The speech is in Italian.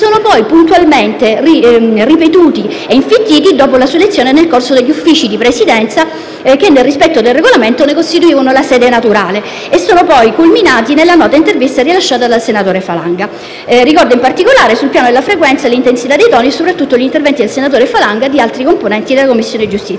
puntualmente ripetuti e infittiti dopo la sua elezione nel corso delle riunioni dell'Ufficio di Presidenza che, nel rispetto del Regolamento, ne costituivano la sede naturale, e sono poi culminati nella nota intervista rilasciata dal senatore Falanga. Ricorda in particolare, sul piano della frequenza e dell'intensità dei toni, soprattutto gli interventi del senatore Falanga e di altri componenti della Commissione giustizia.